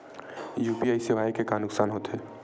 UPI सेवाएं के का नुकसान हो थे?